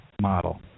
Model